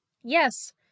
yes